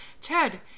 ted